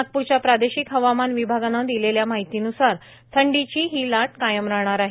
नागपूरच्या प्रादेशिक हवामान विभागानं दिलेल्या माहितीनुसार थंडी ही लाट कायम राहणार आहे